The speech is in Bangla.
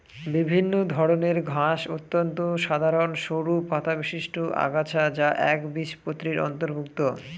বিভিন্ন ধরনের ঘাস অত্যন্ত সাধারন সরু পাতাবিশিষ্ট আগাছা যা একবীজপত্রীর অন্তর্ভুক্ত